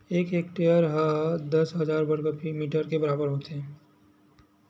एक हेक्टेअर हा दस हजार वर्ग मीटर के बराबर होथे